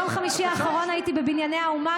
ביום חמישי האחרון הייתי בבנייני האומה,